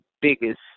biggest